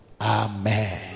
Amen